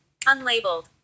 unlabeled